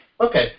Okay